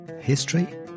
history